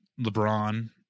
LeBron